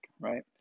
right